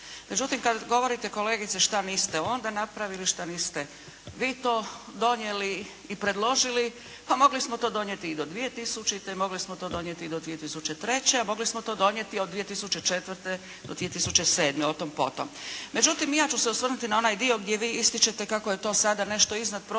Međutim kada govorite kolegice šta niste onda napravili, šta niste vi to donijeli i predložili, pa mogli smo to donijeti i do 2000., mogli smo to donijeti i do 2003., a mogli smo to donijeti i od 2004. do 2007. o tom po tom. Međutim i ja ću se osvrnuti na onaj dio gdje vi ističete kako je to sada nešto iznad prosječno